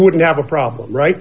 wouldn't have a problem right